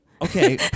Okay